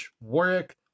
Warwick